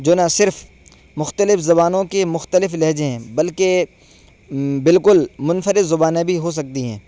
جو نہ صرف مختلف زبانوں کے مختلف لہجے ہیں بلکہ بالکل منفرد زبانیں بھی ہو سکتی ہیں